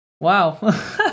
Wow